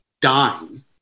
dying